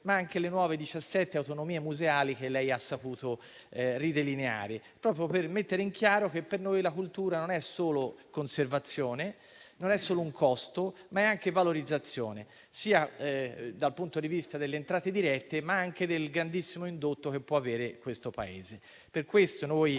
ma anche le nuove 17 autonomie museali che lei ha saputo ridelineare, proprio per mettere in chiaro che per noi la cultura non è solo conservazione, non è solo un costo, ma è anche valorizzazione, dal punto di vista sia delle entrate dirette, sia del grandissimo indotto che si può generare per il Paese. Per questo le